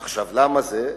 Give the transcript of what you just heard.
עכשיו, למה זה?